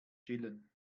chillen